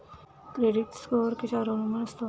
Credit score कशावर अवलंबून असतो?